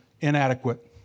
inadequate